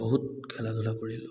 বহুত খেলা ধূলা কৰিলোঁ